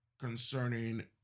concerning